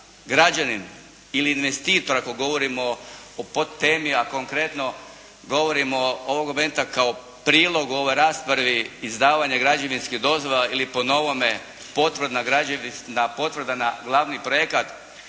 građanin ili investitor ako govorimo o podtemi, a konkretno govorimo ovog momenta kao prilog ovoj raspravi izdavanje građevinskih dozvola ili po novome potvrdna, potvrda na glavni projekat